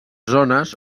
zones